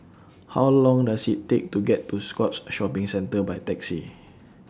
How Long Does IT Take to get to Scotts Shopping Centre By Taxi